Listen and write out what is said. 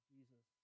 Jesus